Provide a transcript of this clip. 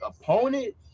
opponent